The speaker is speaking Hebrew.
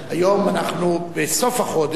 היום אנחנו בסוף חודש,